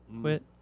Quit